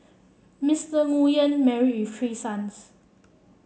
Mister Nguyen marry with three sons